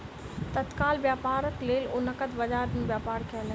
तत्काल व्यापारक लेल ओ नकद बजार में व्यापार कयलैन